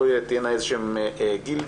לא תהיינה איזה שהן גילדות,